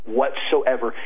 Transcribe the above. whatsoever